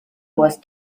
was